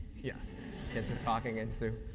yeah kids are talking into.